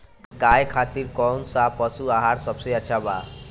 गाय खातिर कउन सा पशु आहार सबसे अच्छा बा?